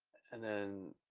and then,